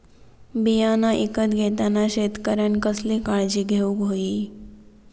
बियाणा ईकत घेताना शेतकऱ्यानं कसली काळजी घेऊक होई?